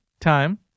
time